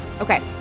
Okay